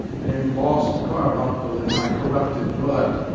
an embossed carbuncle in my corrupted blood.